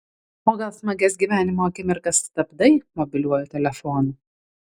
o gal smagias gyvenimo akimirkas stabdai mobiliuoju telefonu